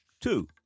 Two